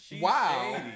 Wow